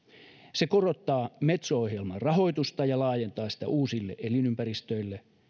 se korottaa metso ohjelman rahoitusta ja laajentaa sitä uusille elinympäristöille